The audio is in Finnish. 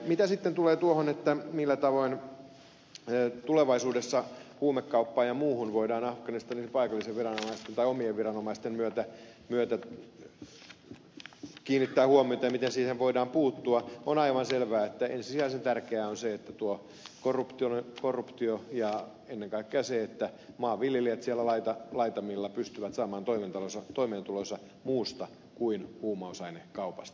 mitä sitten tulee tuohon millä tavoin tulevaisuudessa huumekauppaan ja muuhun voidaan afganistanin omien viranomaisten myötä kiinnittää huomiota ja miten siihen voidaan puuttua niin on aivan selvää että ensisijaisen tärkeää on se että puututaan korruptioon ja ennen kaikkea siihen että maanviljelijät siellä laitamilla pystyvät saamaan toimeentulonsa muusta kuin huumausainekaupasta